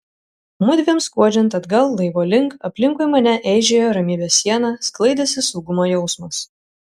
mudviem skuodžiant atgal laivo link aplinkui mane eižėjo ramybės siena sklaidėsi saugumo jausmas